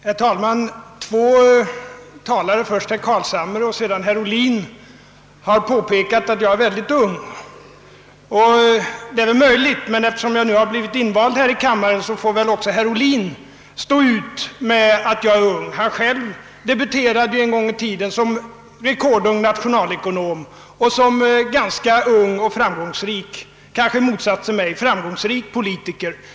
Herr talman! Två talare, först herr Carlshamre och sedan herr Ohlin, har påpekat att jag är ung. Det är väl möjligt att jag är det, men eftersom jag nu har blivit invald i kammaren får väl herr Ohlin stå ut med att jag är ung. Han själv debuterade en gång i tiden som rekordung nationalekonom och som en ung och — kanske i motsats till mig — framgångsrik politiker.